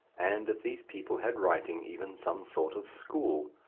and, if these people had writing, even some sort of school.